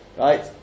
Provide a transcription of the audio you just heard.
Right